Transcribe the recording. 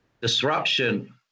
disruption